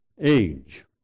Age